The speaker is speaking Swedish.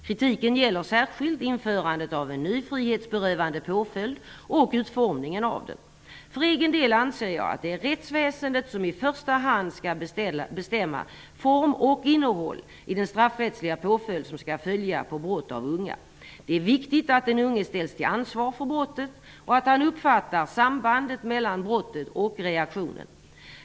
Kritiken gäller särskilt införandet av en ny frihetsberövande påföljd och utformningen av den. För egen del anser jag att det är rättsväsendet som i första hand skall bestämma form och innehåll i den straffrättsliga påföljd som skall följa på brott av unga. Det är viktigt att den unge ställs till ansvar för brottet och att han uppfattar sambandet mellan brottet och reaktionen.